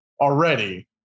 already